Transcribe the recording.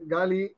Gali